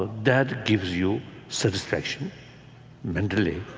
ah that gives you satisfaction mentally.